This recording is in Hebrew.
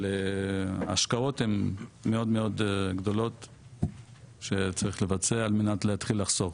אבל ההשקעות הן מאוד גדולות שצריך לבצע על מנת להתחיל לחסוך.